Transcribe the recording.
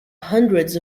hundreds